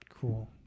Cool